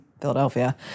Philadelphia